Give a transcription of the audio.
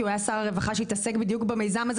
כי בהיותו שר הרווחה הוא התעסק בדיוק במיזם הזה